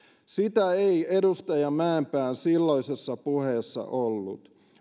sitä ei edustaja mäenpään silloisessa puheessa ollut